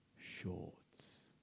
shorts